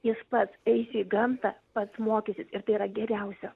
jis pats eis į gamtą pats mokysis ir tai yra geriausia